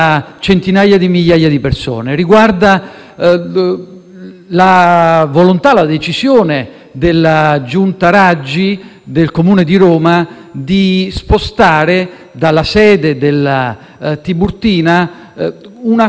Essa verte sulla decisione della Giunta Raggi del Comune di Roma di spostare dalla sede della Tiburtina una stazione degli autobus che è di livello non solo interregionale,